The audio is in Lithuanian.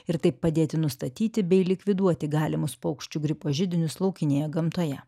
ir taip padėti nustatyti bei likviduoti galimus paukščių gripo židinius laukinėje gamtoje